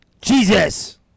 Jesus